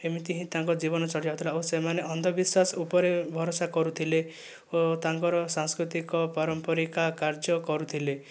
ଏମିତି ହିଁ ତାଙ୍କ ଜୀବନ ସରିଯାଉଥିଲା ଆଉ ସେମାନେ ଅନ୍ଧବିଶ୍ଵାସ ଉପରେ ଭରସା କରୁଥିଲେ ଓ ତାଙ୍କର ସାଂସ୍କୃତିକ ପାରମ୍ପରିକ କାର୍ଯ୍ୟ କରୁଥିଲେ